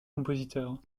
compositeurs